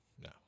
no